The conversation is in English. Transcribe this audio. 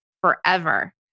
forever